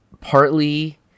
partly